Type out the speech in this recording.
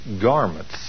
garments